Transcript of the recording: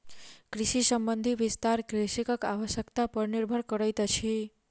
कृषि संबंधी विस्तार कृषकक आवश्यता पर निर्भर करैतअछि